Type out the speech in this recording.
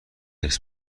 ارث